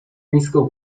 nisko